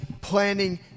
planning